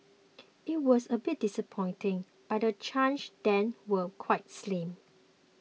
it was a bit disappointing but the chances then were quite slim